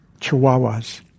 Chihuahuas